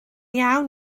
iawn